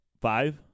five